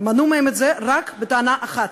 מנעו מהם את זה רק בטענה אחת: